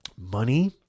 money